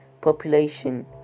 population